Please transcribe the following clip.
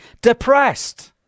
depressed